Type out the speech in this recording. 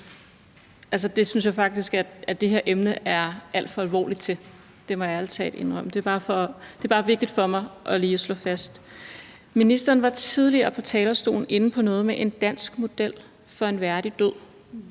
det synes jeg faktisk at det her emne er alt for alvorligt til. Det må jeg ærlig talt indrømme. Det er bare vigtigt for mig lige at slå fast. Ministeren var tidligere på talerstolen inde på noget med en dansk model for en værdig død: